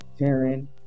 Taryn